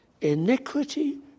iniquity